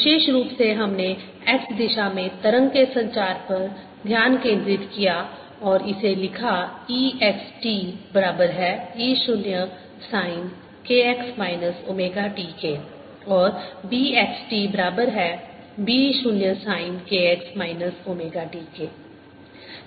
विशेष रूप से हमने x दिशा में तरंग के संचार पर ध्यान केंद्रित किया और इसे लिखा E x t बराबर है E 0 sine k x minus omega t के और B x t बराबर है B 0 sine k x minus omega t के